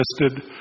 listed